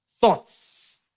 thoughts